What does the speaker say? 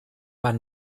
man